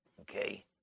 Okay